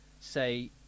say